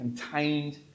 contained